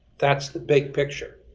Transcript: that's the big picture.